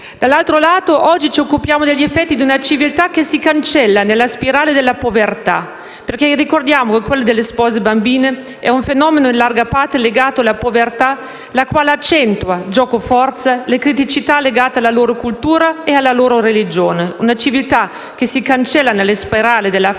Dall'altro lato, oggi ci occupiamo degli effetti di una civiltà che si cancella nella spirale della povertà, perché ricordiamo che quello delle spose bambine è un fenomeno in larga parte legato alla povertà, la quale accentua, giocoforza, le criticità legate alla loro cultura e alla loro religione; una civiltà che si cancella nella spirale della fame,